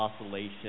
oscillation